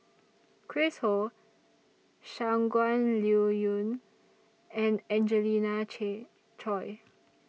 Chris Ho Shangguan Liuyun and Angelina Choy